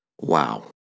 Wow